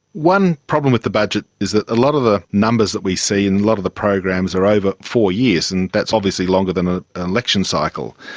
one problem with the budget is that a lot of the numbers that we see and a lot of the programs are over four years, and that's obviously longer than ah an election cycle.